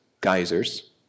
geysers